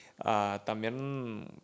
también